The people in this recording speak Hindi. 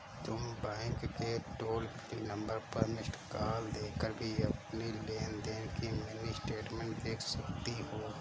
तुम बैंक के टोल फ्री नंबर पर मिस्ड कॉल देकर भी अपनी लेन देन की मिनी स्टेटमेंट देख सकती हो